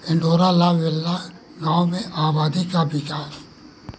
Andorra la Vella गाँवों में आबादी का विकास